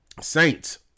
Saints